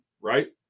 right